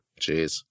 Jeez